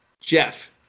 Jeff